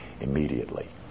immediately